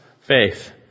faith